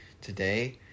today